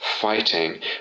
fighting